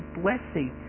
blessing